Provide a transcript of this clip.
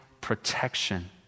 protection